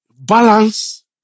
balance